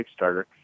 Kickstarter